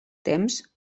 temps